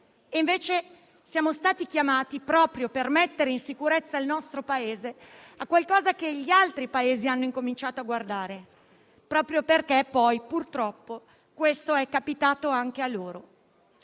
Invece siamo stati chiamati, proprio per mettere in sicurezza il nostro Paese, a qualcosa che gli altri Paesi hanno cominciato a guardare, perché poi purtroppo questo è capitato anche a loro.